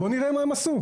בוא נראה מה הם עשו.